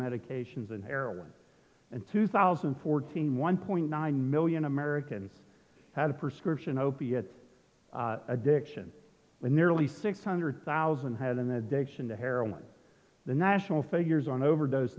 medications and heroin and two thousand and fourteen one point nine million americans have prescription opiate addiction and nearly six hundred thousand had an addiction to heroin the national figures on overdose